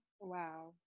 Wow